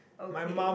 okay